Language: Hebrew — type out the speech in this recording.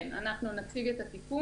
כן, אנחנו נציג את התיקון.